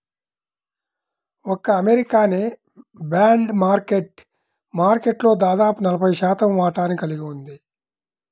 ఒక్క అమెరికానే bond market మార్కెట్లో దాదాపు నలభై శాతం వాటాని కలిగి ఉంది